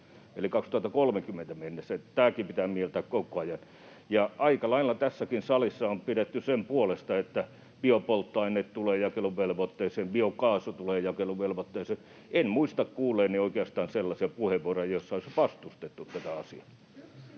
2030 mennessä, tämäkin pitää mieltää koko ajan. Aika lailla tässäkin salissa on pidetty sen puolta, että biopolttoaineet tulevat jakeluvelvoitteeseen, biokaasu tulee jakeluvelvoitteeseen. En muista kuulleeni oikeastaan sellaisia puheenvuoroja, joissa olisi vastustettu tätä asiaa.